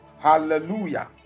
Hallelujah